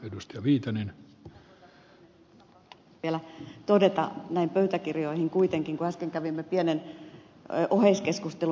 ihan pakko vielä todeta pöytäkirjoihin kuitenkin siitä kun äsken kävimme pienen oheiskeskustelun ed